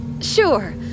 Sure